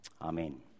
Amen